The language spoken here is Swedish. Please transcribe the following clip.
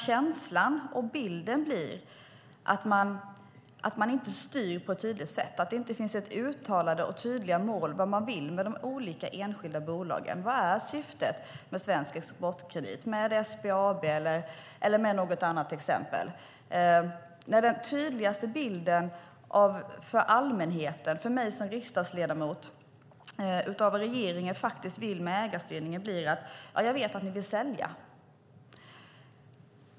Känslan och bilden blir att man inte styr på ett tydligt sätt och att det inte finns uttalade och tydliga mål för vad man vill med de olika enskilda bolagen. Vad är syftet med Svensk Exportkredit eller SBAB? Den tydligaste bilden för allmänheten och för mig som riksdagsledamot av vad regeringen vill med ägarstyrningen är: Jag vet att regeringen vill sälja.